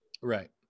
Right